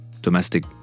domestic